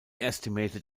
estimated